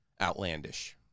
outlandish